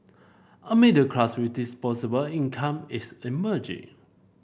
a middle class with disposable income is emerging